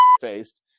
faced